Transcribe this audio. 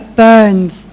burns